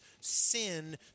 sin